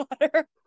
water